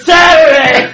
Saturday